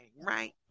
right